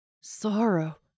Sorrow